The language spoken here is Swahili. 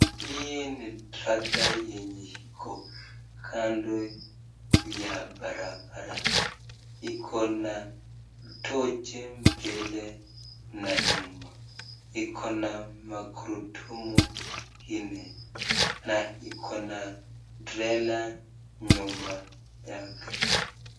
Hii ni trakta yenye iko kando ya barabara iko na tochi mbele na nyuma, iko na magurudumu nne na iko na trela nyuma yake.